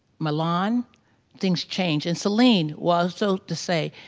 milan things change. and celine was so, to say,